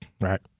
Right